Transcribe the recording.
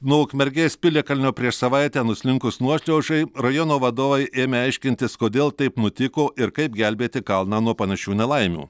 nuo ukmergės piliakalnio prieš savaitę nuslinkus nuošliaužai rajono vadovai ėmė aiškintis kodėl taip nutiko ir kaip gelbėti kalną nuo panašių nelaimių